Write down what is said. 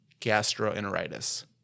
gastroenteritis